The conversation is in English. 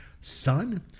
son